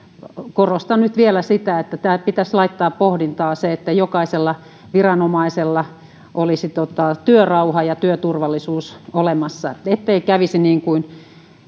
korostan nyt vielä sitä että pitäisi laittaa pohdintaan se että jokaisella viranomaisella olisi työrauha ja työturvallisuus olemassa ettei kävisi niin kuin